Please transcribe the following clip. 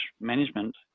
management